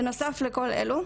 בנוסף לכל אלו,